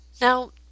Now